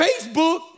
Facebook